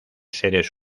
seres